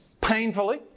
painfully